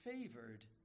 favored